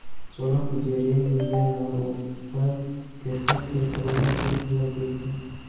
सोना पर जे ऋन मिलेलु ओपर कतेक के सालाना सुद लगेल?